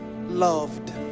loved